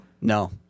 No